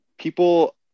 people